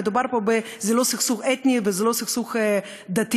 זה לא סכסוך אתני וזה לא סכסוך דתי,